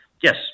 yes